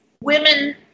women